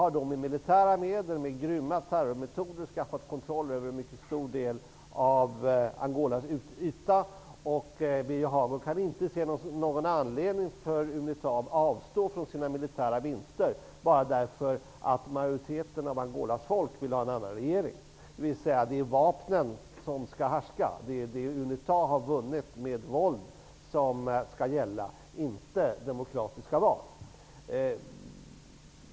Unita har med militära medel och grymma terrormetoder skaffat kontroll över en mycket stor del av Angolas yta. Birger Hagård kan inte se någon anledning för Unita att avstå från sina militära vinster bara därför att majoriteten av Angolas folk vill ha en annan regering. Det innebär att vapnen skall härska. Det är det Unita har vunnit med våld som skall gälla -- inte demokratiska val.